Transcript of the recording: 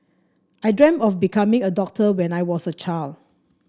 I dreamt of becoming a doctor when I was a child